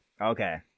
Okay